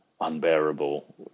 unbearable